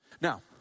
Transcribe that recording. Now